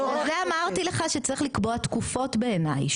בגלל זה אמרתי לך שצריך לקבוע תקופות בעיני,